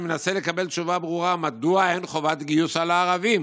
מנסה לקבל תשובה ברורה מדוע אין חובת גיוס על הערבים.